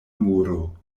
muro